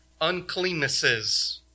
uncleannesses